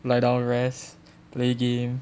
lie down rest play game